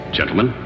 gentlemen